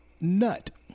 nut